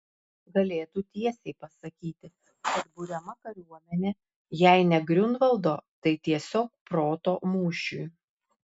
galėtų tiesiai pasakyti kad buriama kariuomenė jei ne griunvaldo tai tiesiog proto mūšiui